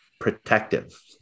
protective